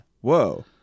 Whoa